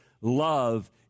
Love